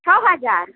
छः हज़ार